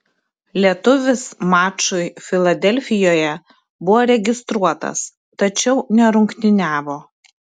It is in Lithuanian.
lietuvis mačui filadelfijoje buvo registruotas tačiau nerungtyniavo